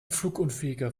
flugunfähiger